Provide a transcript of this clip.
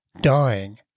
dying